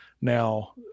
now